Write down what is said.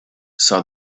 saw